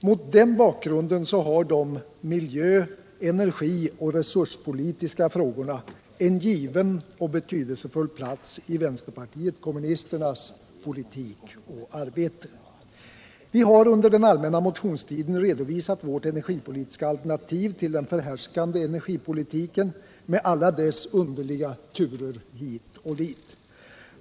Mot denna bakgrund har de miljö-, energioch resurspolitiska frågorna en given och betydelsefull plats i vänsterpartiet kommunisternas politik och arbete. Vi har under den allmänna motionstiden redovisat vårt energipolitiska alternativ till den förhärskande energipolitiken med alla dess underliga turer hit och dit.